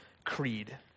creed